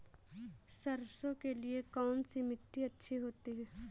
सरसो के लिए कौन सी मिट्टी अच्छी होती है?